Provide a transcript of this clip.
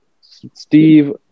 Steve